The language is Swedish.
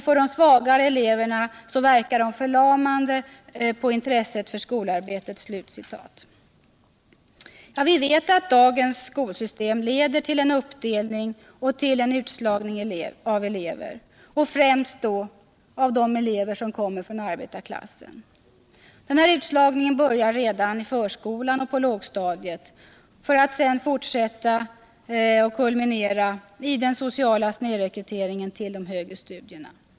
För de svagare eleverna verkar de förlamande på intresset för skolarbetet.” Vi vet att dagens skolsystem leder till en uppdelning och till en utslagning av elever, främst av dem som kommer från arbetarklassen. Utslagningen börjar redan i förskolan och på lågstadiet för att fortsätta och kulminera i den sociala snedrekryteringen till de högre studierna.